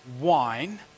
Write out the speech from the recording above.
wine